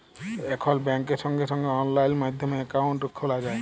এখল ব্যাংকে সঙ্গে সঙ্গে অললাইন মাধ্যমে একাউন্ট খ্যলা যায়